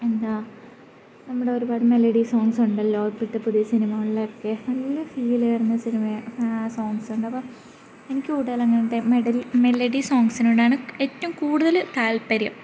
എന്നാല് നമ്മുടെ ഒരുപാട് മെലഡി സോങ്ങ്സുണ്ടല്ലോ ഇപ്പോഴത്തെ പുതിയ സിനിമകളിലൊക്കെ നല്ല ഫീല് വരുന്ന സിനിമാ സോങ്സുണ്ട് അപ്പോള് എനിക്ക് കൂടുതലും അങ്ങനത്തെ മെഡലി മെലഡി സോങ്സിനോടാണ് ഏറ്റവും കൂടുതല് താൽപ്പര്യം